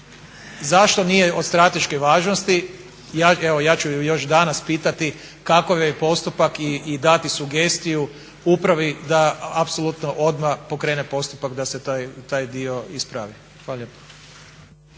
Zašto nije od strateške javnosti evo ja ću još danas pitati kakav je postupak i dati sugestiju upravi da apsolutno odmah pokrene postupak da se taj dio ispravi.